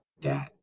dad